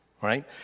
right